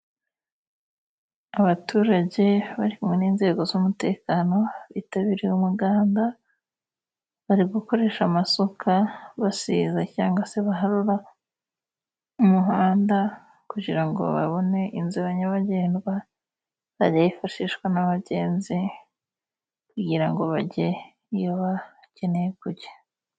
Abaturage barimo n'inzego z'umutekano, bitabiriye umuganda, bari gukoresha amasuka basiza cyangwa se baharura umuhanda, kujirango babone inzira nyabagendwa izajya yifashishwa n'abagenzi, kugira ngo bagere iyo bakeneye kujya.